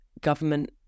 government